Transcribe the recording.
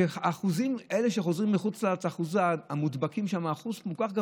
אחוז ההדבקה בין אלה שחוזרים מחוץ לארץ הוא כל כך גבוה.